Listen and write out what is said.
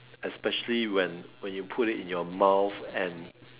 especially when when you put it in your mouth and